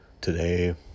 Today